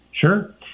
Sure